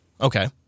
Okay